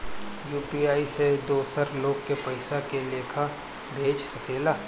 UPI से दोसर लोग के पइसा के लेखा भेज सकेला?